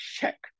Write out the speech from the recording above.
check